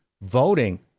voting